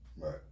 Right